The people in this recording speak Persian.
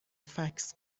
فکس